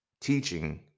teaching